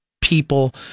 people